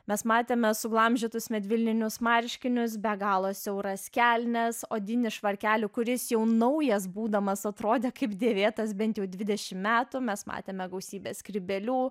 mes matėme suglamžytus medvilninius marškinius be galo siauras kelnes odinį švarkelį kuris jau naujas būdamas atrodė kaip dėvėtas bent jau dvidešim metų mes matėme gausybę skrybėlių